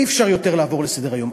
אי-אפשר יותר לעבור לסדר-היום.